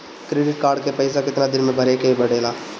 Credit card के पइसा कितना दिन में भरे के पड़ेला?